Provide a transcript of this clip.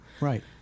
Right